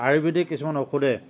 আয়ুৰ্বেদিক কিছুমান ঔষধে